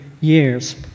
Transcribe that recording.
years